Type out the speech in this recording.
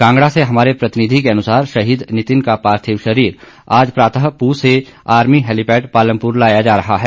कांगड़ा से हमारे प्रतिनिधि को अनुसार शहीद नितिन का पार्थिव शरीर आज प्रातः पूह से आर्मी हेलीपेड पालमपुर लाया जा रहा है